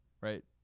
Right